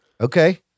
Okay